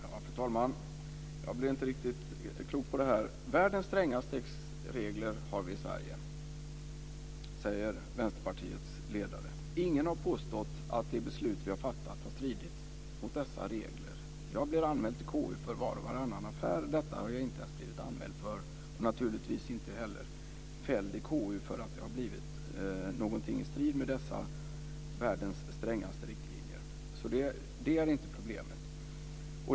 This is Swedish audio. Fru talman! Jag blir inte riktigt klok på det här. Vi har världens strängaste regler i Sverige. Det säger Vänsterpartiets ledare. Ingen har påstått att det beslut som vi har fattat har stridit mot dessa regler. Jag blir anmäld till KU för var och varannan affär. Detta har jag inte ens blivit anmäld för, och jag har naturligtvis inte heller blivit fälld i KU för att det har skett något som står i strid med dessa världens strängaste riktlinjer. Så det är inte problemet.